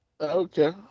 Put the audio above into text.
Okay